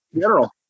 general